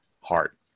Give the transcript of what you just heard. heart